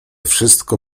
wszystko